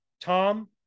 Tom